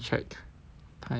time ah